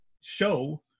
show